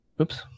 Oops